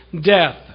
death